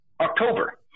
October